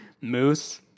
moose